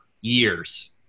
years